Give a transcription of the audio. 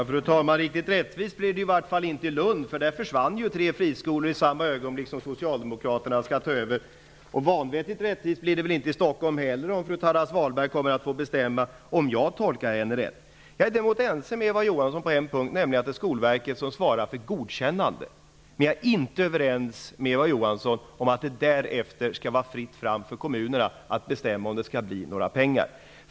Fru talman! Riktigt rättvist blev det åtminstone inte i Lund. Där försvann tre friskolor i samma ögonblick som socialdemokraterna skulle ta över. Det lär inte heller bli så vanvettigt rättvist i Stockholm om fru Tarras-Wahlberg kommer att få bestämma, om jag har tolkat henne rätt. Jag är dock ense med Eva Johansson på en punkt, nämligen att Skolverket svarar för godkännandet. Men jag är inte överens med Eva Johansson om att det därefter skall vara fritt fram för kommunerna att bestämma om det skall bli några pengar.